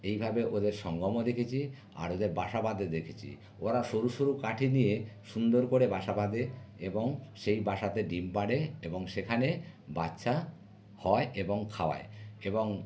এইভাবে ওদের সঙ্গমও দেখেছি আর ওদের বাসা বাঁধতে দেখেছি ওরা সরু সরু কাঠি নিয়ে সুন্দর করে বাসা বাঁধে এবং সেই বাসাতে ডিম পাড়ে এবং সেখানে বাচ্চা হয় এবং খাওয়ায় এবং